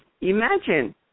Imagine